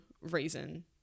reason